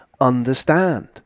understand